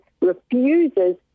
refuses